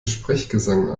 sprechgesang